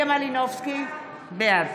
בעד